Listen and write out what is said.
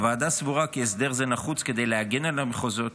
הוועדה סברה כי הסדר זה נחוץ כדי להגן על המחוזות